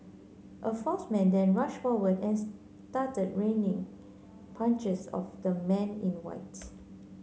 a fourth man then rushed forward and started raining punches of the man in white